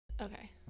Okay